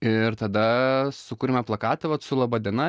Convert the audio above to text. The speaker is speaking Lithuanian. ir tada sukūrėme plakatą vat su laba diena